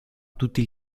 tutti